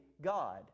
God